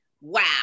Wow